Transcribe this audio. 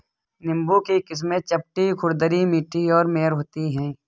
नींबू की किस्में चपटी, खुरदरी, मीठी और मेयर होती हैं